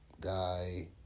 guy